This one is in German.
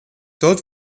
dort